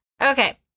Okay